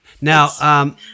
Now